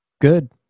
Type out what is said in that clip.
good